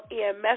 EMS